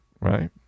right